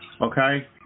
okay